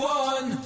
one